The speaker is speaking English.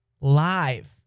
live